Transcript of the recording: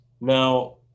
Now